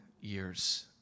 years